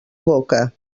boca